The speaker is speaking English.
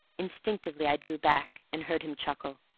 instinctively i drew back and heard him chuckle.